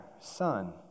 son